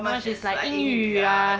much is like 英语啊